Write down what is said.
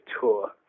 tour